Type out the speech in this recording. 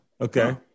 okay